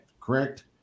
Correct